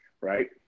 Right